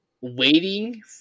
waiting